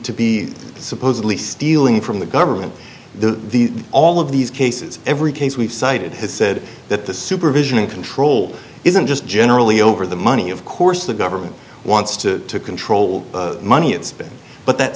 to be supposedly stealing from the government the the all of these cases every case we've cited has said that the supervision and control isn't just generally over the money of course the government wants to control the money it's been but that